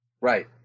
Right